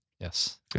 Yes